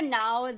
now